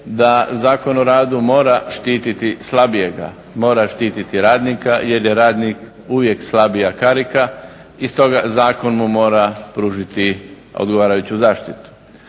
da Zakon o radu mora štititi slabijega, mora štititi radnika jer je radnik uvijek slabija karika i stoga zakon mu mora pružiti odgovarajuću zaštitu.